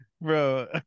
bro